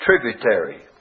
tributary